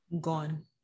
gone